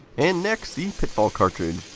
and, next the pitfall cartridge.